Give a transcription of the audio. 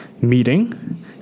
meeting